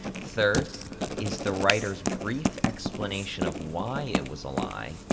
third is the writer's brief explanation of why it was a lie,